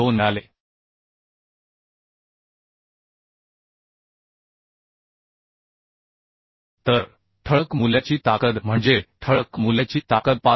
2 मिळाले तर ठळक मूल्याची ताकद म्हणजे ठळक मूल्याची ताकद 65